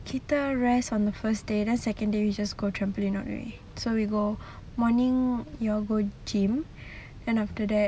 kita rest on the first day then second day we just go trampoline all the way so we go morning you want to go gym then after that